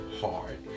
hard